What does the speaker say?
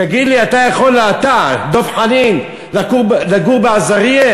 תגיד לי, אתה, דב חנין, אתה יכול לגור בעזרייה?